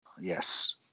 Yes